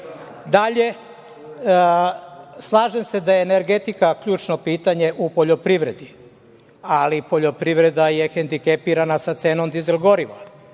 slažem se da je energetika ključno pitanje u poljoprivredi, ali poljoprivreda je hendikepirana sa cenom dizel goriva